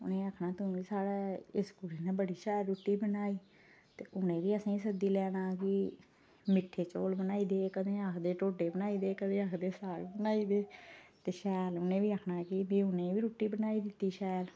ते आक्खना उ'नें कि इस कुड़ी नै बड़ी शैल रुट्टी बनाई ते हून एह्बी असें सद्दी लैना कि कदें आखदे मिट्ठे चौल बनाई दे कदें आखदे ढोडे बनाई दे कदें आकदे साग बनाई दे शैल ते प्ही उनें आखना रुट्टी बनाई दित्ती शैल